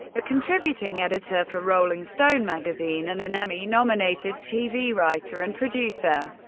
a contributing editor for rolling stone magazine and an emmy nominated tv writer and producer.